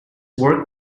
work